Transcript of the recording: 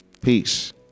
peace